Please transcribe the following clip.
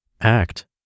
act